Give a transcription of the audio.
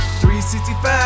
365